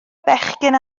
bechgyn